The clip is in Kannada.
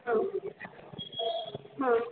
ಹಾಂ ಹಾಂ